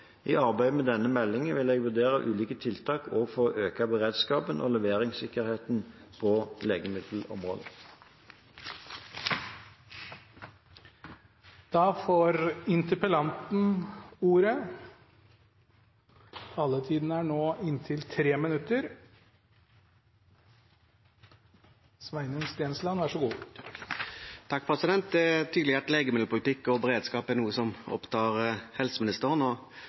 I arbeidet med denne meldingen vil jeg vurdere ulike tiltak for å øke beredskapen og leveringssikkerheten på legemiddelområdet. Det er tydelig at legemiddelpolitikk og beredskap er noe som opptar helseministeren. Statsråden skal ha takk